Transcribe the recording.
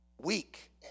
weak